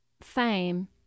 fame